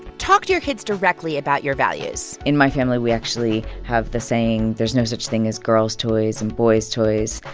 talk to your kids directly about your values in my family, we actually have the saying, there's no such thing as girls' toys and boys' toys.